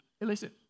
listen